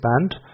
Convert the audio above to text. Band